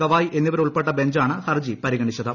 ഗവായ് എന്നിവരുൾപ്പെട്ട ബെഞ്ചാണ് ഹർജി പരിഗണിച്ചത്